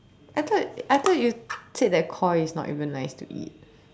I thought I thought you said that Koi is not even nice to eat